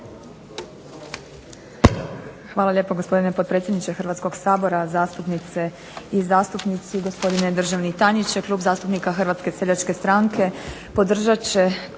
Hvala lijepo, gospodine potpredsjedniče Hrvatskoga sabora. Zastupnice i zastupnici, gospodine državni tajniče. Klub zastupnika Hrvatske seljačke stranke podržat će